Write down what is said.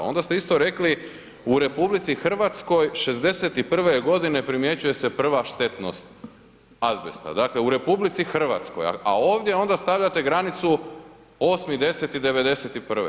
Onda ste isto rekli „u RH '61. godine primjećuje se prva štetnost azbest“, dakle u RH, a ovdje onda stavljate granicu 8.10.'91.